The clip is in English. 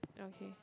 okay